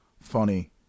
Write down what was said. funny